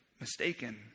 mistaken